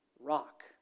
Rock